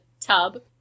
tub